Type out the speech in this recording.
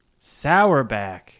Sourback